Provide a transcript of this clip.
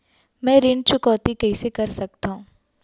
मैं ऋण चुकौती कइसे कर सकथव?